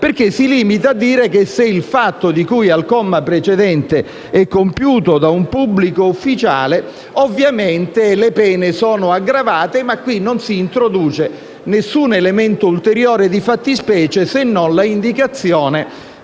perché si limita a dire che se il fatto di cui al comma precedente è compiuto da un pubblico ufficiale ovviamente le pene sono aggravate. Ma qui non si introduce nessun elemento ulteriore di fattispecie se non l'indicazione